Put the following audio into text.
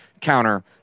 counter